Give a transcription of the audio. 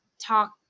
talk